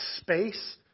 space